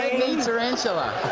knee tarantula.